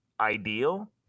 ideal